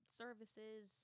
services